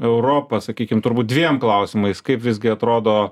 europa sakykim turbūt dviem klausimais kaip visgi atrodo